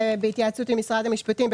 בהתייעצות עם משרד המשפטים,